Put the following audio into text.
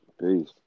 Peace